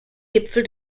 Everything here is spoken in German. gipfel